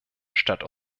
statt